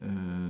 err